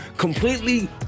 Completely